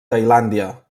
tailàndia